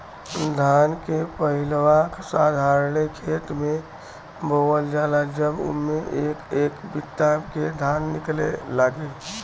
धान के पहिलवा साधारणे खेत मे बोअल जाला जब उम्मे एक एक बित्ता के धान निकले लागे